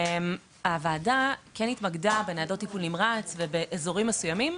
והוועדה כן התמקדה בניידות טיפול נמרץ ובאזורים מסוימים,